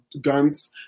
guns